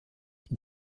die